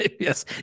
yes